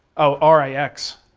oh, r i x,